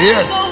Yes